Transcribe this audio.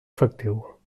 efectiu